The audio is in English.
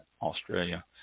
Australia